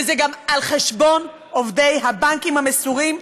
וזה גם על חשבון עובדי הבנקים המסורים,